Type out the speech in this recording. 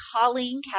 Colleen